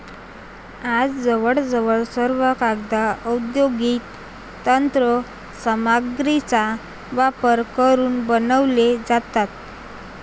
आज जवळजवळ सर्व कागद औद्योगिक यंत्र सामग्रीचा वापर करून बनवले जातात